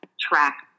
track